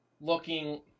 looking